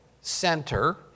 center